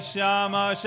Shama